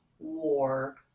War